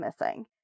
missing